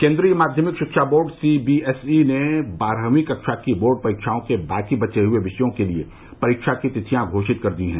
केंद्रीय माध्यमिक शिक्षा board C B S E ने बारहवीं कक्षा की बोर्ड परीक्षाओं के बाकी बचे हुए विषयों के लिए परीक्षा की तिथियां घोषित कर दी हैं